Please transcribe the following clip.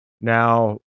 Now